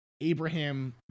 abraham